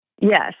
Yes